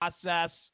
process